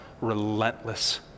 relentless